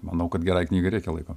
manau kad gerai knygai reikia laiko